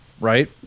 right